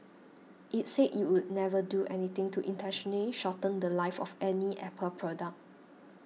it said it would never do anything to intentionally shorten the Life of any Apple product